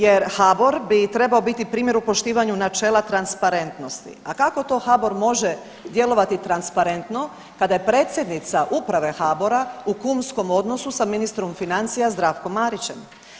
Jer, HBOR bi trebao biti primjer u poštivanju načela transparentnosti, a kako to HBOR može djelovati transparentno kada je predsjednica Uprave HBOR-a u kumskom odnosu sa ministrom financija Zdravkom Marićem?